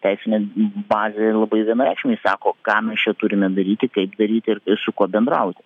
teisinė bazė labai vienareikšmiškai sako ką mes čia turime daryti kaip daryti ir su kuo bendrauti